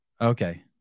Okay